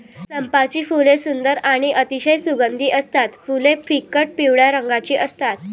चंपाची फुले सुंदर आणि अतिशय सुगंधी असतात फुले फिकट पिवळ्या रंगाची असतात